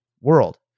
world